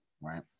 Right